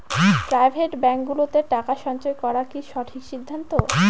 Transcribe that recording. Private ব্যাঙ্কগুলোতে টাকা সঞ্চয় করা কি সঠিক সিদ্ধান্ত?